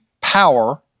power